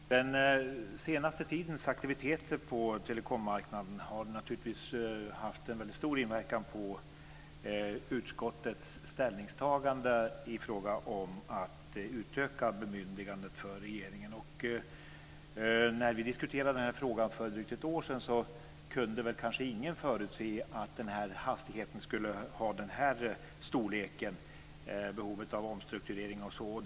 Fru talman! Den senaste tidens aktiviteter på telekommarknaden har naturligtvis haft en väldigt stor inverkan på utskottets ställningstagande i fråga om att utöka bemyndigandet för regeringen. När vi för drygt ett år sedan diskuterade frågan kunde kanske ingen förutse den här hastigheten, behovet av omstrukturering etc.